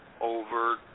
over